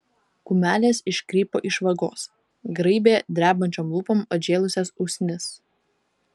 kumelės iškrypo iš vagos graibė drebančiom lūpom atžėlusias usnis